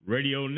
Radio